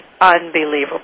unbelievable